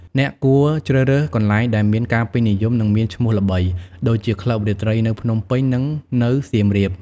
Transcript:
អ្នកគួរជ្រើសរើសកន្លែងដែលមានការពេញនិយម និងមានឈ្មោះល្បី ដូចជាក្លឹបរាត្រីនៅភ្នំពេញ និងនៅសៀមរាប ។